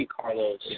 Carlos